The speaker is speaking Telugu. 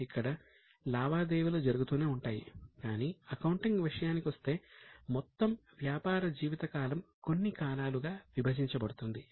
ఇక్కడ లావాదేవీలు జరుగుతూనే ఉంటాయి కానీ అకౌంటింగ్ విషయానికొస్తే మొత్తం వ్యాపార జీవిత కాలం కొన్ని కాలాలుగా విభజించబడుతుంది